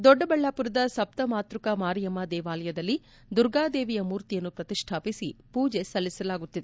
ದೊಡ್ಡಬಳ್ಣಾಪುರದ ಸಪ್ತಮಾತೃಕಾ ಮಾರಿಯಮ್ನ ದೇವಾಲಯದಲ್ಲಿ ದುರ್ಗಾದೇವಿಯ ಮೂರ್ತಿಯನ್ನು ಪ್ರತಿಷ್ಠಾಪಿಸಿ ಪೂಜೆ ಸಲ್ಲಿಸಲಾಗುತ್ತಿದೆ